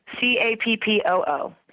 C-A-P-P-O-O